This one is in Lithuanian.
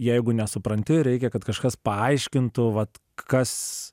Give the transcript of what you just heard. jeigu nesupranti reikia kad kažkas paaiškintų vat kas